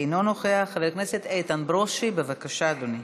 אינו נוכח, חבר הכנסת איתן ברושי, בבקשה, אדוני.